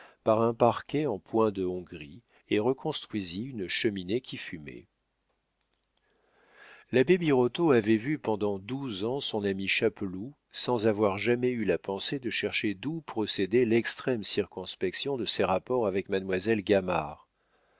par un parquet en point de hongrie et reconstruisit une cheminée qui fumait l'abbé birotteau avait vu pendant douze ans son ami chapeloud sans avoir jamais eu la pensée de chercher d'où procédait l'extrême circonspection de ses rapports avec mademoiselle gamard